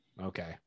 Okay